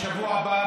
בשבוע הבא,